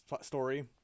story